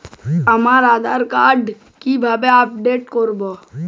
আমার আধার কার্ড কিভাবে আপডেট করব?